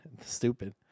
Stupid